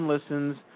listens